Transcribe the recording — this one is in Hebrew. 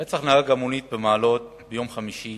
רצח נהג המונית במעלות ביום חמישי